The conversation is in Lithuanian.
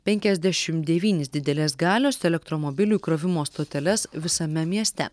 penkiasdešim devynis didelės galios elektromobilių įkrovimo stoteles visame mieste